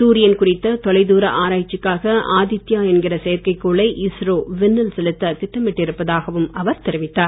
சூரியன் குறித்த தொலைதூர ஆராய்ச்சிக்காக ஆதித்யா என்கிற செயற்கைகோளை இஸ்ரோ விண்ணில் செலுத்த திட்டமிட்டிருப்பதாகவும் அவர் தெரிவித்தார்